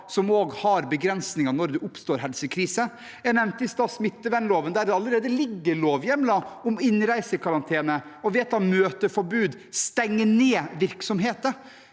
som også har begrensninger når det oppstår helsekrise. Jeg nevnte i stad smittevernloven, der det allerede ligger lovhjemler om innreisekarantene og om å vedta møteforbud og stenge ned virksomheter,